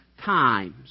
times